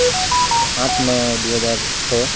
ଆଠ ନଅ ଦୁଇହଜାର ଛଅ